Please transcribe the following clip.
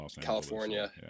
california